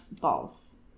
balls